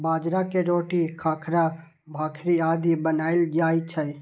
बाजरा के रोटी, खाखरा, भाकरी आदि बनाएल जाइ छै